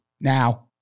now